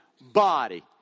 body